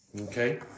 Okay